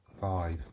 Five